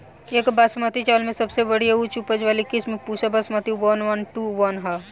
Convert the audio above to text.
एक बासमती चावल में सबसे बढ़िया उच्च उपज वाली किस्म Pusa Basmati one one two one ह?